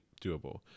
doable